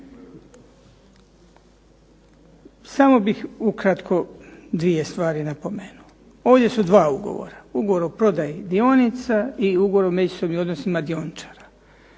Samo bih ukratko dvije stvari napomenuo. Ovdje su dva ugovora – Ugovor o prodaji dionica i Ugovor o međusobnim odnosima dioničarima.